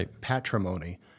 patrimony